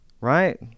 Right